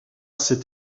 c’est